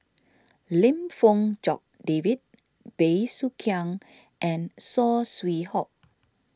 Lim Fong Jock David Bey Soo Khiang and Saw Swee Hock